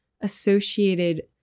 associated